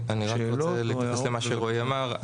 אני רק רוצה להתייחס למה שרועי אמר,